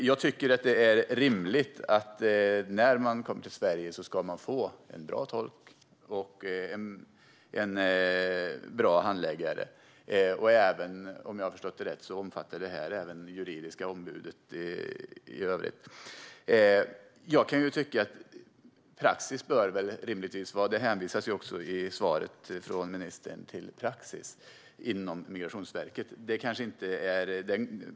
Jag tycker att det är rimligt att man när man kommer till Sverige får en bra tolk och en bra handläggare; om jag har förstått det rätt omfattar detta även det juridiska ombudet. Det hänvisas också i svaret från ministern till Migrationsverkets praxis.